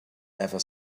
ever